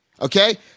Okay